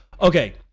okay